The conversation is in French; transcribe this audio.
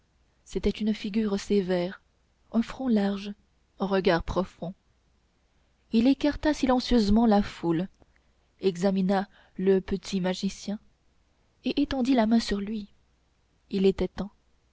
c'était une figure sévère un front large un regard profond il écarta silencieusement la foule examina le petit magicien et étendit la main sur lui il était temps